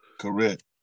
Correct